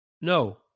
No